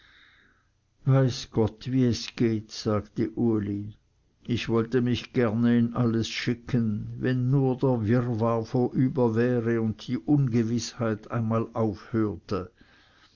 weiß gott wie es geht sagte uli ich wollte mich in alles gerne schicken wenn nur der wirrwarr vorüber wäre und die ungewißheit einmal aufhörte